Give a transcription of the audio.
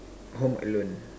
home alone